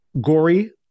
gory